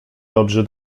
dobrzy